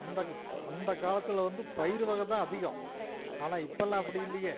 அந்தக் அந்தக் காலத்தில் வந்து பயிறு வகை தான் அதிகம் ஆனால் இப்போல்லாம் அப்படி இல்லையே